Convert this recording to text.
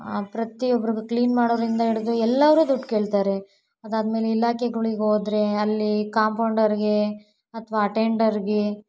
ಪ್ರತಿಯೊಬ್ರಿಗೂ clean ಮಾಡೋವ್ರಿಂದ ಹಿಡ್ದು ಎಲ್ಲರೂ ದುಡ್ಡು ಕೇಳ್ತಾರೆ ಅದಾದ್ಮೇಲೆ ಇಲಾಖೆಗಳಿಗೆ ಹೋದ್ರೆ ಅಲ್ಲಿ ಕಾಂಪೌಂಡರ್ಗೆ ಅಥವಾ ಅಟೆಂಡರ್ಗೆ